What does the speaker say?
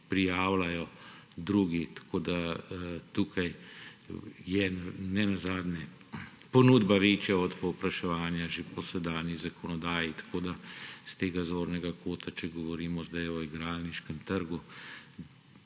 prijavljajo drugi, tako da je tukaj ne nazadnje ponudba večja od povpraševanja že po sedanji zakonodaji. S tega zornega kota, če govorimo zdaj o igralniškem trgu